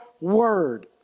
word